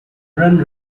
run